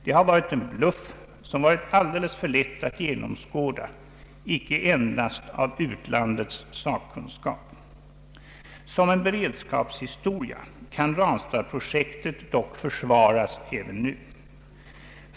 Det har varit en bluff som varit alldeles för lätt att genomskåda icke endast av utlandets sakkunskap. Som en beredskapshistoria kan Ranstadsprojektet dock försvaras även nu.